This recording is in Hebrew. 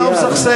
אני לא מסכסך.